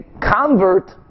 convert